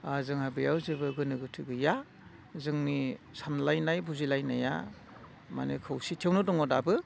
जोंहा बेयाव जेबो गोनो गोथो गैया जोंनि सानलायनाय बुजिलायनाया माने खौसेथियावनो दङ दाबो